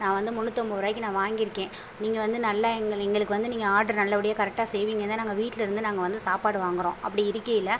நான் வந்து முந்நூற்றம்பது ருபாய்க்கி நான் வாங்கியிருக்கேன் நீங்கள் வந்து நல்லா எங்கள் எங்களுக்கு வந்து நீங்கள் ஆட்ரு நல்லப்படியாக கரெக்டாக செய்வீங்கன்னு தான் நாங்கள் வீட்லேருந்து நாங்கள் வந்து சாப்பாடு வாங்கிறோம் அப்படி இருக்கையில்